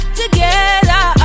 together